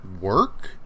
work